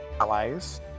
allies